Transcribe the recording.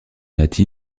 natif